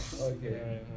Okay